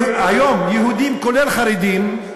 היום, יהודים, כולל חרדים,